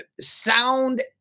sound